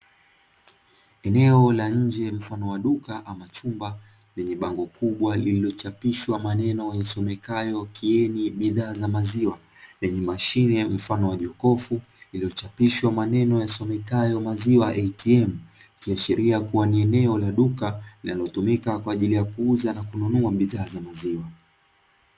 Eneo la nje mfano wa duka ama chumba, lenye bango kubwa lililochapishwa maneno yasomekayo "KIENI" bidhaa za maziwa, yenye mashine mfano wa jokofu iliyochapishwa maneno yasomekayo maziwa "ATM", ikiashiria kua ni eneo la duka linalotumika kwa ajili ya kuuza na kununua bidhaa za maziwa.